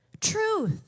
truth